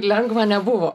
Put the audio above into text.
lengva nebuvo